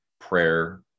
prayer